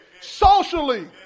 socially